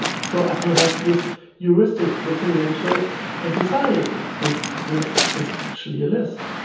so apple has this heuristic looking into it and deciding if this list is actually a list.